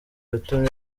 yatumye